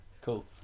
Cool